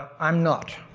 i'm not,